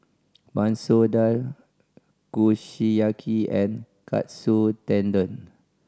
Masoor Dal Kushiyaki and Katsu Tendon